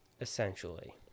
essentially